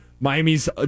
Miami's